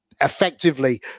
effectively